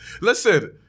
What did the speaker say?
Listen